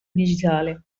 digitale